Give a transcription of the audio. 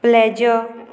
pleasure